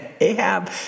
Ahab